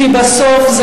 בלי